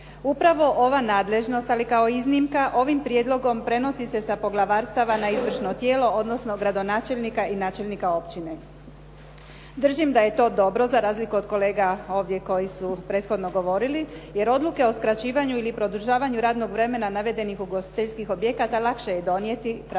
Upravo ova nadležnost, ali kao iznimka, ovim prijedlogom prenosi se sa poglavarstava na izvršno tijelo odnosno gradonačelnika i načelnika općine. Držim da je to dobro za razliku od kolega ovdje koji su prethodno govorili, jer odluke o skraćivanju ili produžavanju radnog vremena navedenih ugostiteljskih objekata lakše je donijeti pravovremeno,